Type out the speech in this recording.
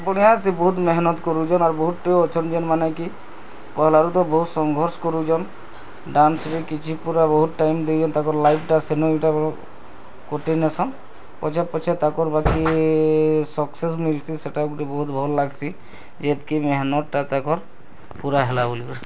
ବଢ଼ିଆଁ ସେ ବହୁତ୍ ମେହେନତ୍ କରୁଛନ୍ ଆଉ ବହୁତ୍ ଜନ୍ ଅଛନ୍ ଯେନ୍ ମାନେ କି କହିଲାବେଲ୍ କୁ ତ ବହୁତ୍ ସଂଘର୍ଷ କରୁଛନ୍ ଡ଼୍ୟାନ୍ସରେ କିଛି ପୁରା ବହୁତ୍ ଟାଇମ୍ ଦେଇକରି ହେନ୍ତା ତାଙ୍କର୍ ଲାଇଫ୍ଟା କଟିଯାସନ୍ ପଜା ପଛା ତାଙ୍କର୍ ବାକି ସକସେସ୍ ମିଲଛି ସେଟା ଗୁଟେ ବହୁତ୍ ଭଲ୍ ଲାଗ୍ସି ଯେତକି ମହେନତ୍ଟା ତାକର୍ ପୁରା ହେଲା ବୋଲିକରି